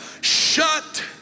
shut